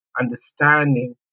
understanding